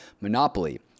monopoly